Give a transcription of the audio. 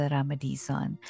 Ramadison